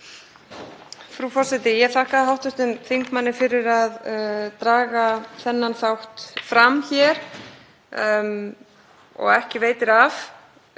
forseti. Ég þakka hv. þingmanni fyrir að draga þennan þátt fram hér og ekki veitir af.